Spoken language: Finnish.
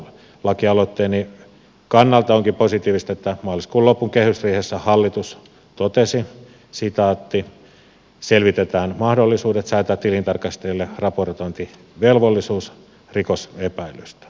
lakialoitteeni kannalta onkin positiivista että maaliskuun loppukehysriihessä hallitus totesi että selvitetään mahdollisuudet säätää tilintarkastajille raportointivelvollisuus rikosepäilyistään